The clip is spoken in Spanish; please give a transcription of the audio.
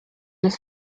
los